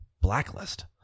Blacklist